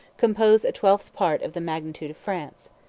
compose a twelfth part of the magnitude of france.